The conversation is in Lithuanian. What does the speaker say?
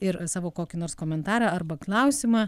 ir savo kokį nors komentarą arba klausimą